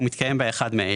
ומתקיים בה אחד מאלה: